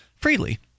freely